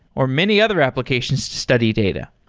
or many other applications to study data.